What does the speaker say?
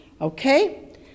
Okay